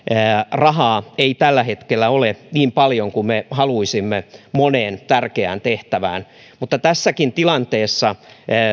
rahaa ei tällä hetkellä ole niin paljon kuin me haluaisimme moneen tärkeään tehtävään mutta tässäkin tilanteessa